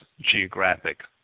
geographic